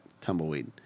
Tumbleweed